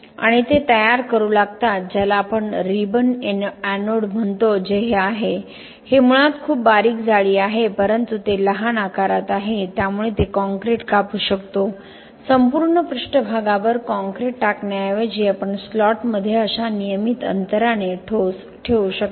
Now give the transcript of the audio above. आणि ते तयार करू लागतात ज्याला आपण रिबन एनोड म्हणतो जे हे आहे हे मुळात खूप बारीक जाळी आहे परंतु ते लहान आकारात आहे त्यामुळे ते काँक्रीट कापू शकते संपूर्ण पृष्ठभागावर काँक्रीट टाकण्याऐवजी आपण स्लॉटमध्ये अशा नियमित अंतराने ठोस ठेवू शकता